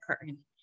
curtain